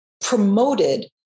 promoted